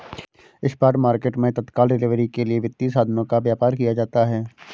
spot market मैं तत्काल delivery के लिए वित्तीय साधनों का व्यापार किया जाता है